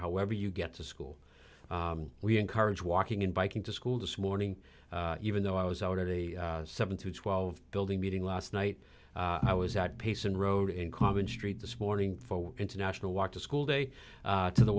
however you get to school we encourage walking and biking to school this morning even though i was out at a seven to twelve building meeting last night i was at peace and road in common street this morning for international walk to school day to the